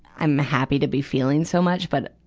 i'm happy to be feeling so much, but,